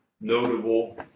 notable